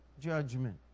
judgment